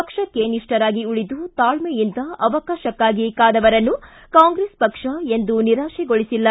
ಪಕ್ಷಕ್ಕೆ ನಿಷ್ಠರಾಗಿ ಉಳಿದು ತಾಕ್ಷೆಯಿಂದ ಅವಕಾಶಕ್ಕಾಗಿ ಕಾದವರನ್ನು ಕಾಂಗ್ರೆಸ್ ಪಕ್ಷ ಎಂದೂ ನಿರಾಶೆಗೊಳಿಸಿಲ್ಲ